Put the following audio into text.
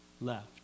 left